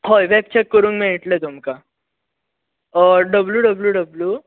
हय web check करूंक मेळटले तुमकां डबलू डबलू डबलू